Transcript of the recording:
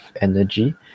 energy